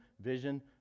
vision